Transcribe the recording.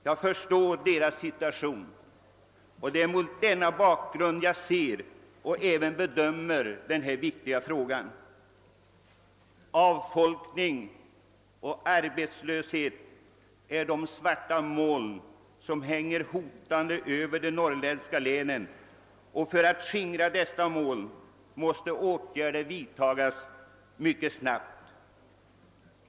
Jag förstår deras situation. Det är mot denna bakgrund jag ser och även bedömer denna viktiga fråga. Avfolkning och arbetslöshet är de svarta moln som hänger hotande över de norrländska länen, och åtgärder måste vidtas mycket snabbt för att skingra dessa moln.